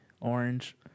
Orange